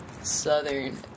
Southern